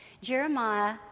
Jeremiah